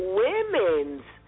women's